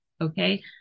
okay